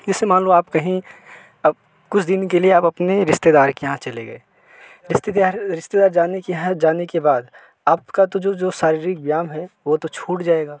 जैसे मान लो आप कहीं अब कुछ दिन के लिए आप अपने रिश्तेदार के यहाँ चले गए रिस्तेदियार रिश्तेदार जाने की यहाँ जाने के बाद आपका जो जो शारीरिक व्यायाम है वो तो छूट जाएगा